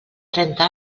trenta